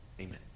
amen